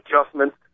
adjustments